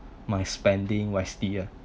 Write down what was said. my spending wisely ah